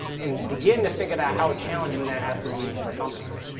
and begin to think about how challenging that has to be for companies.